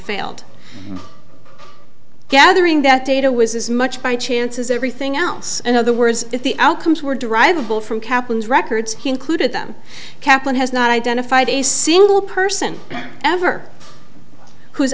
failed gathering that data was as much by chance as everything else in other words if the outcomes were driveable from kaplan's records he included them kaplan has not identified a single person ever whose